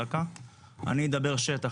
אני אדבר שטח,